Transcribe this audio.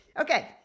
Okay